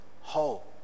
whole